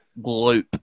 gloop